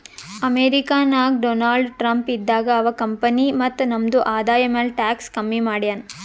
America ನಾಗ್ Donald Trump ಇದ್ದಾಗ ಅವಾ ಕಂಪನಿ ಮತ್ತ ನಮ್ದು ಆದಾಯ ಮ್ಯಾಲ ಟ್ಯಾಕ್ಸ್ ಕಮ್ಮಿ ಮಾಡ್ಯಾನ್